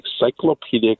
encyclopedic